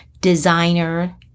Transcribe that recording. designer